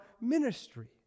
ministry